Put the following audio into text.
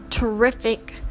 terrific